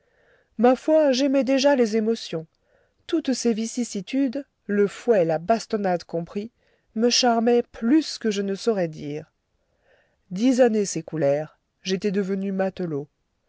ma foi j'aimais déjà les émotions toutes ces vicissitudes le fouet la bastonnade compris me charmaient plus que je ne saurais dire dix années s'écoulèrent j'étais devenu matelot